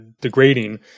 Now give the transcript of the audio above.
degrading